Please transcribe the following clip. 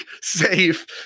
safe